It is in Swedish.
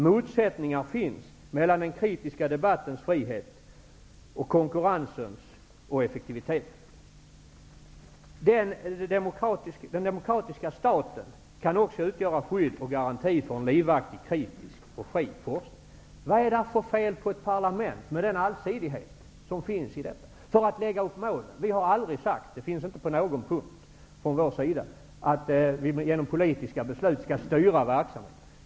Motsättningar finns mellan den kritiska debattens frihet och konkurrensens och effektivitetens. Den demokratiska staten kan också utgöra skydd och garanti för en livaktig, kritisk och fri forskning. Vad är det för fel på ett parlament med den allsidighet som finns i detta för att lägga upp målen? Vi har aldrig sagt att vi genom politiska beslut skall styra verksamheten.